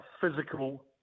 physical